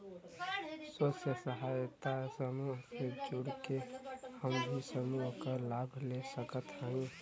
स्वयं सहायता समूह से जुड़ के हम भी समूह क लाभ ले सकत हई?